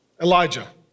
Elijah